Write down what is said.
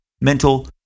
mental